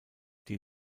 die